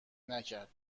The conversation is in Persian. نکرد